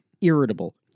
Irritable